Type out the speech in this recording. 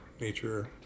Nature